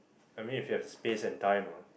I mean if you have the space and time ah